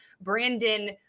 brandon